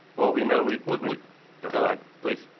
well, we know we we go ahead please